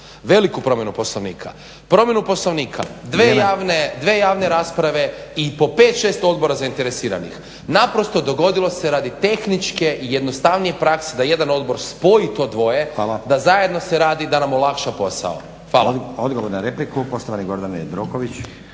veliku promjenu poslovnika. Promjenu poslovnika dve javne rasprave i po 5, 6 odbora zainteresiranih. Naprosto dogodilo se radi tehničke i jednostavnije prakse das jedan odbor spoji to dvoje da se zajedno radi nam olakša posao. **Stazić, Nenad (SDP)** Hvala.